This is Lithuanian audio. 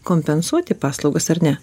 kompensuoti paslaugas ar ne